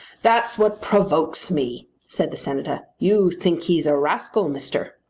that's what provokes me, said the senator. you think he's a rascal, mister.